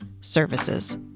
services